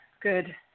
good